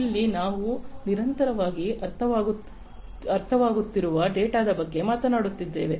ಇಲ್ಲಿ ನಾವು ನಿರಂತರವಾಗಿ ಅರ್ಥವಾಗುತ್ತಿರುವ ಡೇಟಾದ ಬಗ್ಗೆ ಮಾತನಾಡುತ್ತಿದ್ದೇವೆ